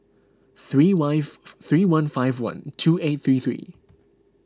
three wife three one five one two eight three three